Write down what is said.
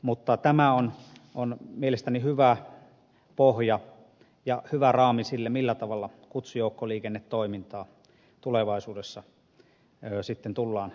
mutta tämä on mielestäni hyvä pohja ja hyvä raami sille millä tavalla kutsujoukkoliikennetoimintaa tulevaisuudessa sitten tullaan toteuttamaan